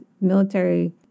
military